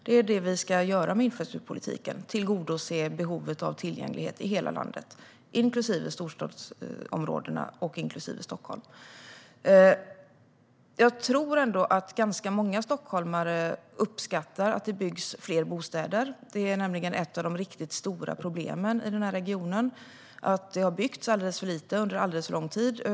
Det är det vi ska göra med infrastrukturpolitiken: tillgodose behovet av tillgänglighet i hela landet, inklusive storstadsområdena och inklusive Stockholm. Jag tror att ganska många stockholmare uppskattar att det byggs fler bostäder. Det är nämligen ett av de riktigt stora problemen i den här regionen - det har byggts alldeles för lite under alldeles för lång tid.